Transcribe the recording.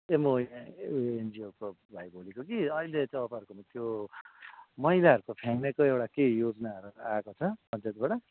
ए म यहाँ उयो एनजिओबाट भाइ बोलेको कि अहिले तपाईँहरूकोमा त्यो मैलाहरूको फ्याँक्नेको एउटा के योजनाहरू आएको छ पञ्चायतबाट